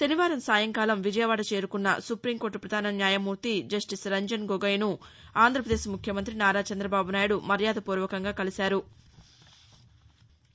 శనివారం సాయంకాలం విజయవాడ చేరుకున్న సుపీంకోర్ట పధాన న్యాయమూర్తి జస్టిస్ రంజన్ గొగయ్ను ఆంధ్రపదేశ్ ముఖ్యమంతి నారా చంద్రబాబునాయుడు మర్యాదపూర్వకంగా కలిశారు